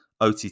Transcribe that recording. OTT